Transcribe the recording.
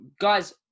guys